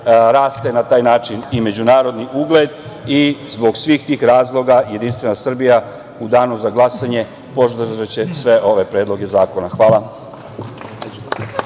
raste na taj način i međunarodni ugled. I zbog svih tih razloga, JS u danu za glasanje podržaće sve ove predloge zakona. Hvala.